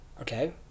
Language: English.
Okay